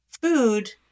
food